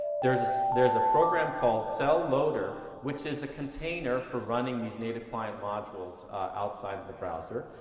there's ah there's a program called cell loader which is a container for running these native client modules outside the browser.